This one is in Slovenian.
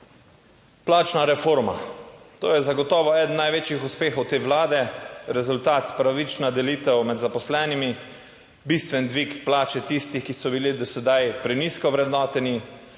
Plačna reforma, to je zagotovo eden največjih uspehov te Vlade. Rezultat: pravična delitev med zaposlenimi, bistven dvig plače tistih, ki so bili do sedaj prenizko ovrednoteni,